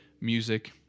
music